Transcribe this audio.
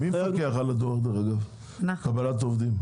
מפקח על קבלת העובדים?